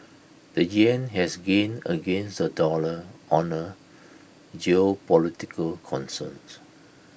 the Yen has gained against the dollar on A geopolitical concerns